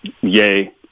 yay